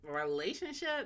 relationship